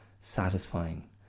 satisfying